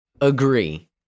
agree